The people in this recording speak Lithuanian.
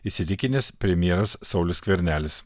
įsitikinęs premjeras saulius skvernelis